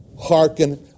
hearken